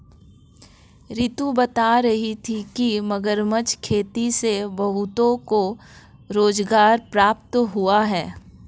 रितु बता रही थी कि मगरमच्छ खेती से बहुतों को रोजगार प्राप्त हुआ है